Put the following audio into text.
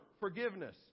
forgiveness